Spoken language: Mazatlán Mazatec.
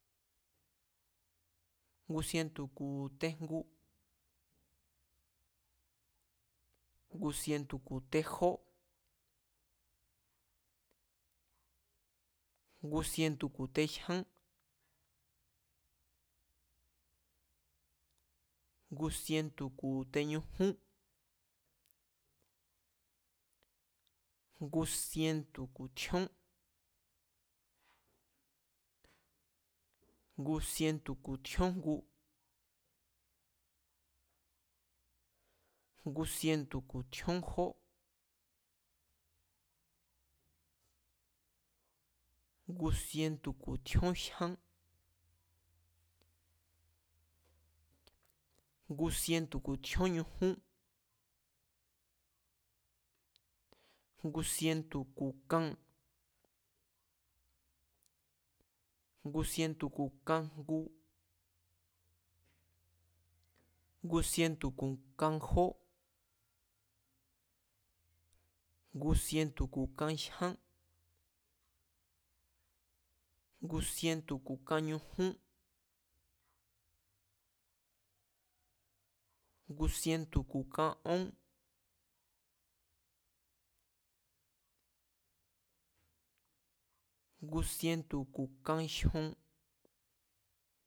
Ngu sientu̱ ku̱ tejngu, ngu sientu̱ ku̱ tejó, ngu sientu̱ ku̱ tejyán, ngu sientu̱ ku̱ teñujún, ngu sientu̱ ku̱ tjíón, ngu sientu̱ ku̱ tjíónjgu, ngu sientu̱ ku̱ tjíón jón, ngu sientu̱ ku̱ tjíón jyán, ngu sientu̱ ku̱ tjíón ñujún, ngu sientu̱ ku̱ kan, ngu sientu̱ ku̱ kajngu, ngu sientu̱ ku̱ kan jó, ngu sientu̱ ku̱ kan jyán, ngu sientu̱ ku̱ kan ñujún, ngu sinetu̱ ku̱ kan nujún, ngu sientu̱ ku̱ kaón, ngu sinetu̱ ku̱ kajyon